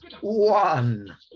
one